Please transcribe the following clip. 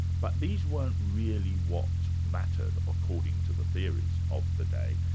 but these weren't really what mattered, according to the theories of the day.